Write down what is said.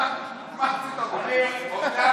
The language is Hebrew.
מה עשית אותי?